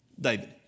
David